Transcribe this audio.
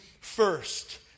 first